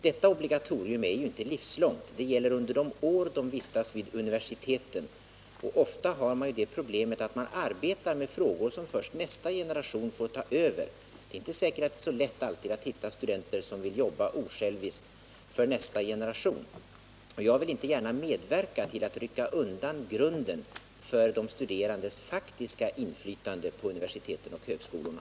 Detta obligatorium är ju inte livslångt. Det gäller under de år som man vistas vid universiteten. Ofta har man det problemet att man arbetar med frågor som först nästa generation får ta över. Det är inte säkert att det alltid är så lätt att hitta studenter som vill jobba osjälviskt för nästa generation. Jag vill inte gärna medverka till att rycka undan grunden för de studerandes faktiska inflytande på universiteten och högskolorna.